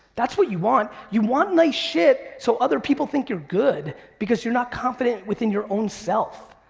that's what you want. you want nice shit so other people think you're good because you're not confident within your own self.